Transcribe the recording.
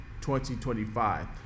2025